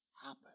happen